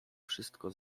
wszystko